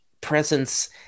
presence